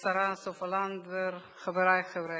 השרה סופה לנדבר, חברי חברי הכנסת,